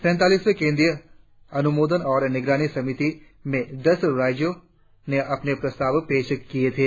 सैतालीस वें केंद्रीय अनुमोदन और निगरानी समिति में दस राज्यों ने अपने प्रस्ताव पेश किए थे